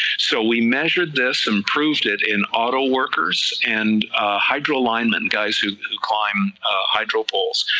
so we measured this and proved it in autoworkers and hydro alignment, guys who who climb hydro poles,